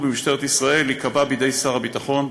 במשטרת ישראל ייקבע בידי שר הביטחון,